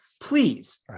please